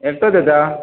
एकटोच येता